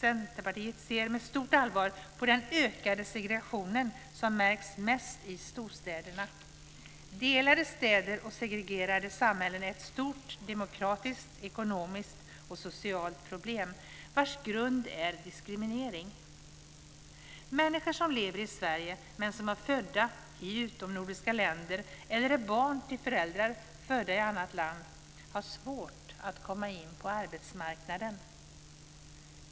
Centerpartiet ser med stort allvar på den ökade segregationen, som märks mest i storstäderna. Delade städer och segregerade samhällen är ett stort demokratiskt, ekonomiskt och socialt problem, vars grund är diskriminering. Människor som lever i Sverige men som är födda i utomnordiska länder eller är barn till föräldrar födda i annat land har svårt att komma in på arbetsmarknaden.